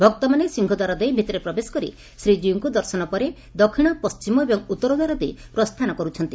ଭକ୍ତମାନେ ସିଂହଦ୍ୱାର ଦେଇ ଭିତରେ ପ୍ରବେଶ କରି ଶ୍ରୀବୀଉଙ୍କୁ ଦର୍ଶନ ପରେ ଦକ୍ଷିଣ ପଣ୍କିମ ଏବଂ ଉତ୍ତରଦ୍ୱାର ଦେଇ ପ୍ରସ୍ଥାନ କରୁଛନ୍ତି